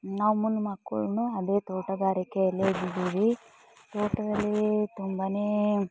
ನಮ್ಮ ಮಕ್ಕಳೂ ಅದೇ ತೋಟಗಾರಿಕೆಯಲ್ಲಿ ಇದ್ದಿದ್ದೀರಿ ತೋಟದಲ್ಲಿ ತುಂಬನೇ